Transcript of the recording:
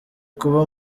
kuba